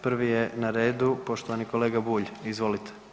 Prvi je na redu poštovani kolega Bulj, izvolite.